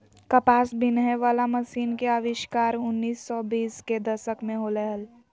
कपास बिनहे वला मशीन के आविष्कार उन्नीस सौ बीस के दशक में होलय हल